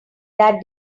that